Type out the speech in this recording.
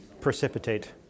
Precipitate